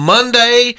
Monday